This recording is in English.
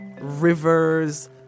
rivers